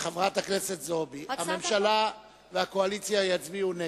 חברת הכנסת זועבי, הממשלה והקואליציה יצביעו נגד.